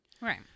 Right